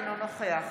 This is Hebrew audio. אינו נוכח